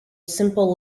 simple